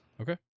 Okay